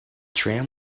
tram